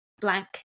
blank